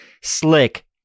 slick